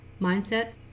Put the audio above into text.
mindset